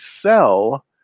sell